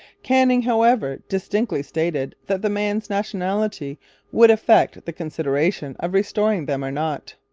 canning, however, distinctly stated that the men's nationality would affect the consideration of restoring them or not.